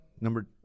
Number